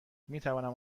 میتوانم